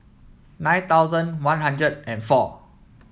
nine thousand One Hundred and four